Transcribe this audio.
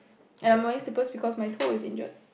and I'm wearing slippers because my toe is injured